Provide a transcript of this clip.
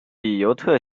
比尤特